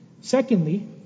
Secondly